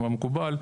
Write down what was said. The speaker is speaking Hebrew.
כמקובל,